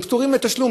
הם פטורים מתשלום.